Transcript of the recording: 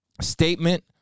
statement